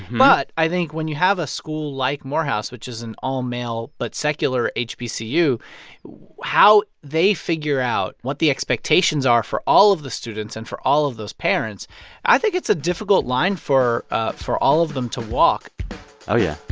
but i think when you have a school like morehouse, which is an all-male but secular hbcu, how they figure out what the expectations are for all of the students and for all of those parents i think it's a difficult line for ah for all of them to walk oh, yeah.